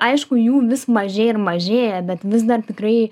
aišku jų vis mažėja ir mažėja bet vis dar tikrai